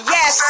Yes